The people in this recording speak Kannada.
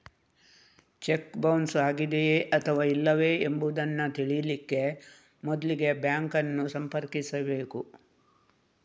ಚೆಕ್ ಬೌನ್ಸ್ ಆಗಿದೆಯೇ ಅಥವಾ ಇಲ್ಲವೇ ಎಂಬುದನ್ನ ತಿಳೀಲಿಕ್ಕೆ ಮೊದ್ಲಿಗೆ ಬ್ಯಾಂಕ್ ಅನ್ನು ಸಂಪರ್ಕಿಸ್ಬೇಕು